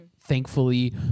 Thankfully